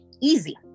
easy